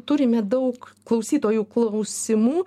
turime daug klausytojų klausimų